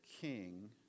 king